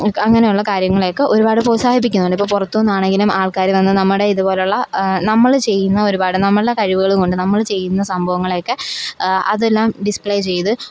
അങ്ങനെയുള്ള കാര്യങ്ങളെയൊക്കെ ഒരുപാട് പ്രോത്സാഹിപ്പിക്കുന്നുണ്ട് ഇപ്പോൾ പുറത്തു നിന്നാണെങ്കിലും ആൾക്കാർ വന്നു നമ്മുടെ ഇതുപോലെയുള്ള നമ്മൾ ചെയ്യുന്ന ഒരുപാട് നമ്മളുടെ കഴിവുകൾ കൊണ്ടു നമ്മൾ ചെയ്യുന്ന സംഭവങ്ങളൊക്കെ അതെല്ലാം ഡിസ്പ്ലേ ചെയ്ത്